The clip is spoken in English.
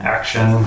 Action